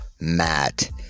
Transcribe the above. Matt